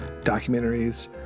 documentaries